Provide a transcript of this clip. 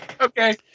Okay